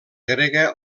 grega